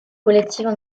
collectives